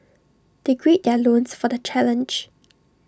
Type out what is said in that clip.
they gird their loins for the challenge